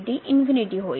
तर हे 0 होईल